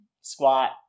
squat